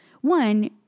one